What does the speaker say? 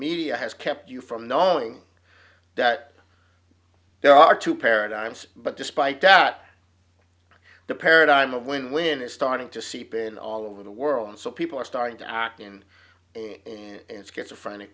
media has kept you from knowing that there are two paradigms but despite that the paradigm of win win is starting to seep in all over the world and so people are starting to act in and schizophrenia